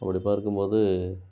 அப்படி பார்க்கும் போது